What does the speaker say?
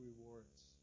rewards